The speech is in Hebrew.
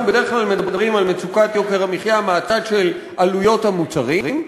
אנחנו בדרך כלל מדברים על מצוקת יוקר המחיה מהצד של עלויות המוצרים,